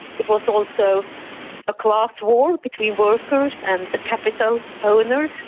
it was also a class war between workers and the capital owners.